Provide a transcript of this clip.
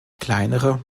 kleinere